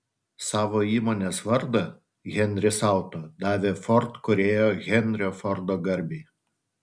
savo įmonės vardą henris auto davė ford kūrėjo henrio fordo garbei